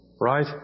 right